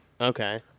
Okay